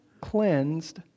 cleansed